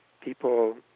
people